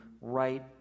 right